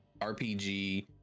RPG